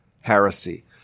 heresy